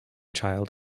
child